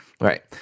Right